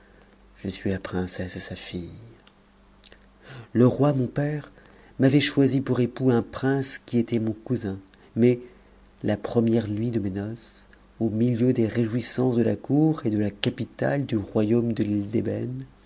je suis la princesse sa fille le roi mon père m'avait choisi pour époux un prince qui était mon cousin mais la première nuit de mes noces au milieu des réjouissances de la cour et de la capitale du royaume de l'île d'ébène